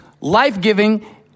life-giving